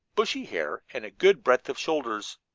bushy hair and a good breadth of shoulders.